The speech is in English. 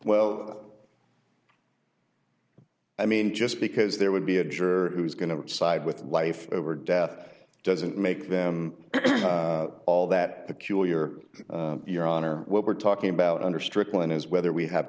well i mean just because there would be a juror who's going to side with life over death doesn't make them all that the kewl you're your honor what we're talking about under strickland is whether we have